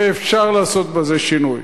ואפשר לעשות בזה שינוי.